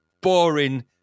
Boring